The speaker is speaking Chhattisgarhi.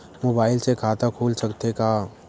मुबाइल से खाता खुल सकथे का?